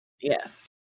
Yes